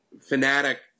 fanatic